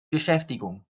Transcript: beschäftigung